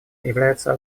является